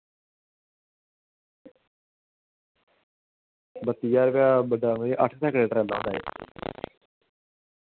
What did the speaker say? बत्ती ज्हार रपेआ ओह् बड्डा ट्राला होंदा जेह्ड़ा